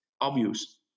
obvious